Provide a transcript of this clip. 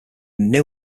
new